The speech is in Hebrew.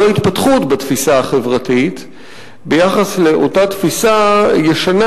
זו התפתחות בתפיסה החברתית ביחס לאותה תפיסה ישנה,